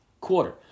quarter